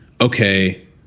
okay